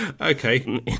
Okay